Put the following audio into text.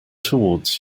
towards